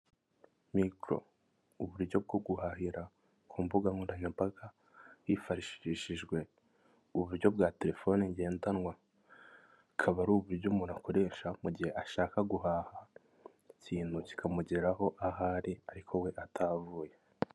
Mikoro uburyo bwo guhahira ku mbuga nkoranyambaga hifashishijwe uburyo bwa telefone ngendanwa, bukaba ari uburyo umuntu akoresha mu gihe ashaka guhaha ikintu kikamugeraho ahari ariko we atavuye.